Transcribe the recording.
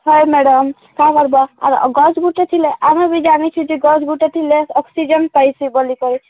ହଏ ମ୍ୟାଡ଼ାମ୍ କାଁ କର୍ବ ଆର ଗଛ ଗୁଛ ଥିଲା ଆମେ ବି ଜାନିଛୁ ଯେ ଗଛ ଗୁଟେ ଅକ୍ସିଜେନ୍ ପାଇସି ବୋଲି କା